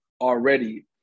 already